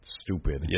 stupid